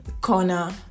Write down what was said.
corner